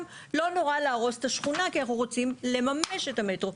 לא נורא להרוס את הכונה כי אנחנו רוצים לממש את המטרו.